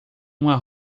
uma